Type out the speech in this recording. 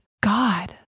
God